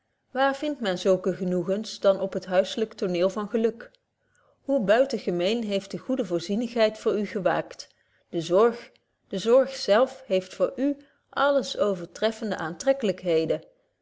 waar vindt men zulke genoegens dan op het huisselyk tooneel van geluk hoe buitengemeen heeft de goede voorzienigheid voor u gewaakt de zorg de zorg zelf heeft voor u alles overtreffende aantreklykheden